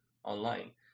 online